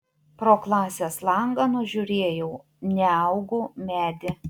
pro klasės langą nužiūrėjau neaugų medį